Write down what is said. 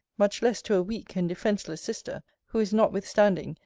much less to a weak and defenceless sister who is, notwithstanding,